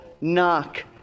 knock